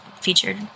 featured